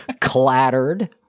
Clattered